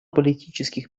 политических